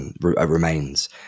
remains